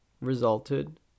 resulted